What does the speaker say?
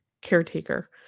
caretaker